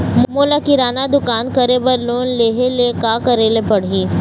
मोला किराना दुकान करे बर लोन लेहेले का करेले पड़ही?